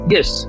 Yes